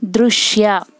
ದೃಶ್ಯ